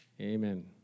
Amen